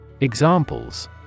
Examples